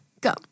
Go